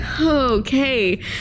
Okay